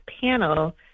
panel